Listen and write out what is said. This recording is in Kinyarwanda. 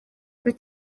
kuri